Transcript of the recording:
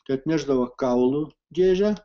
tai atnešdavo kaulų dėžę